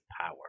power